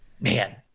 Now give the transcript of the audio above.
Man